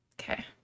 Okay